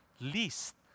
least